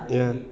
ya